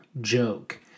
joke